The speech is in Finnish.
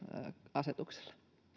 asetukselle